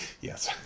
Yes